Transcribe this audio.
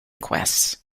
quests